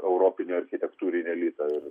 europinį architektūrinį elitą ir